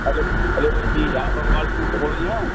hello hello جی آپ Agarwal sweet سے بول رہی ہیں